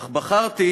אך בחרתי